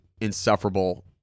insufferable